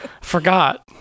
Forgot